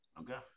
Okay